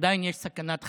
עדיין יש סכנת חיים.